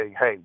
hey